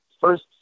First